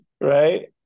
Right